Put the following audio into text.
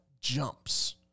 jumps